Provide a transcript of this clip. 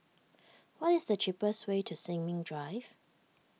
what is the cheapest way to Sin Ming Drive